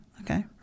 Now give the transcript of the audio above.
okay